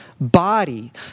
body